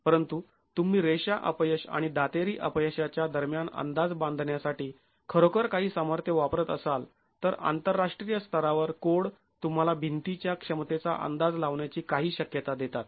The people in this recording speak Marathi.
परंतु तुम्ही रेषा अपयश आणि दातेरी अपयशाच्या दरम्यान अंदाज बांधण्यासाठी खरोखर काही सामर्थ्य वापरत असाल तर आंतरराष्ट्रीय स्तरावर कोड तुम्हाला भिंतीच्या क्षमतेचा अंदाज लावण्याची काही शक्यता देतात